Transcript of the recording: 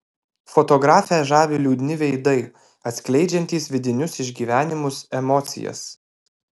fotografę žavi liūdni veidai atskleidžiantys vidinius išgyvenimus emocijas